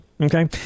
Okay